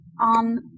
on